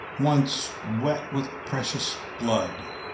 once wet with precious blood